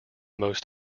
most